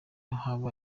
haba